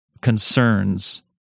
concerns